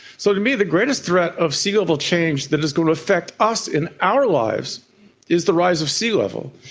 so to me the greatest threat of sea level change that is going to affect us in our lives is the rise of sea level.